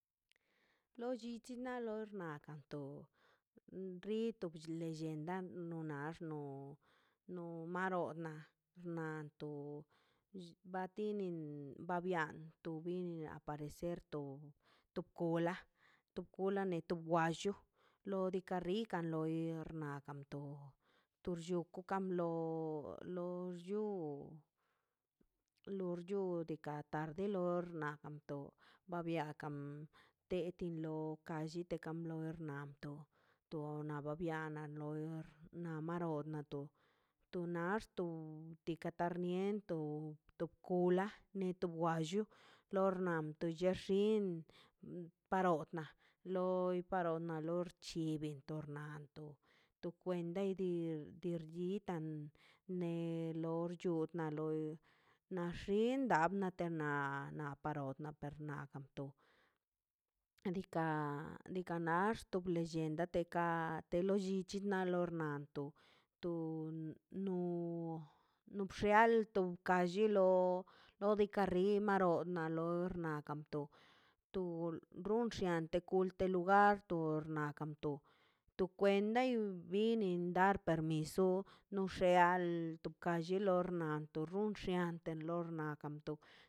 Lo llichi na lorna nakanto ripto lellenda no nax no no marona xnaꞌnto batini ba biantoꞌ binio aparecer to to kola to kola no to wallcho lo diikaꞌ rikan loi biernan kanto to rllukan tokamblo lo lluo lor lluo de kartan de lor na to ba biakan te ti lokan kan llite blor na to to na ba bianaꞌ loi na lo bianr na to tu nax to tika tarniento to to kola neto walluu lornan tu lle xin parotna loi parodna loi bitornanto to kweinda di dirditan ne nar chuchan loi na xinda tena na parot na a to diika naxt tob lellenda toka te lo llichi lo garna nanto to no no bxealto ka lli lo loxika romaro ana lorna kamto to xunkia te kulte lugar to porna kanto tu kwenda ni nin dar permiso no xeal tuka lle orna tu xinxia te lor kanto.